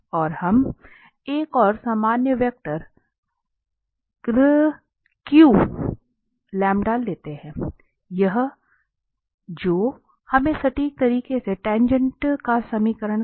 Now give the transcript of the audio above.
और हम एक और सामान्य वेक्टर लेते हैं यह जो हमें सटीक तरीके से टाँगेँट का समीकरण देगा